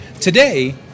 Today